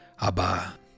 Abba